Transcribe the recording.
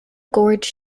gorge